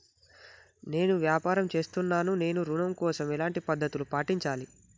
నేను వ్యాపారం చేస్తున్నాను నేను ఋణం కోసం ఎలాంటి పద్దతులు పాటించాలి?